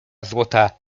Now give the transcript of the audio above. złota